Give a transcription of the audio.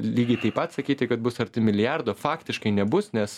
lygiai taip pat sakyti kad bus arti milijardo faktiškai nebus nes